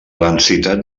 densitat